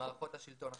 ממערכות השלטון השונות,